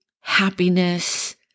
happiness